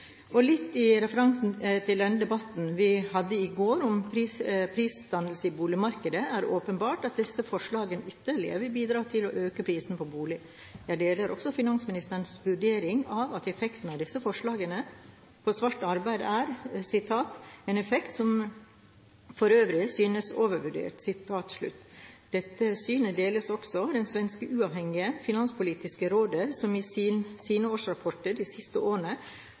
til den debatten vi hadde i går, om prisdannelser i boligmarkedet, er det er åpenbart at disse forslagene ytterligere vil bidra til økte priser på boliger. Jeg deler også finansministerens vurdering av effekten av disse forslagene på svart arbeid: «En effekt som for øvrig synes overvurdert.» Dette synet deles også av det svenske uavhengige finanspolitiske rådet, som i sine årsrapporter de siste årene